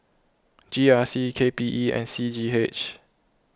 G R C K P E and C G H